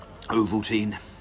Ovaltine